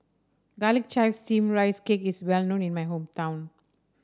Garlic Chives Steamed Rice Cake is well known in my hometown